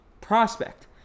prospect